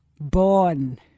born